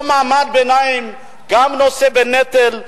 אותו מעמד ביניים גם נושא בנטל,